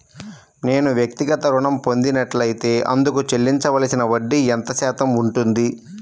నేను వ్యక్తిగత ఋణం పొందినట్లైతే అందుకు చెల్లించవలసిన వడ్డీ ఎంత శాతం ఉంటుంది?